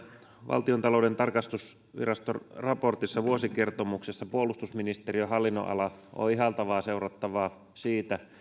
valtiontalouden tarkastusviraston raportissa vuosikertomuksessa puolustusministeriön hallinnonala on ihailtavaa seurattavaa siitä